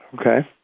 Okay